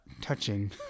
touching